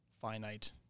finite